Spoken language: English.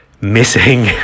missing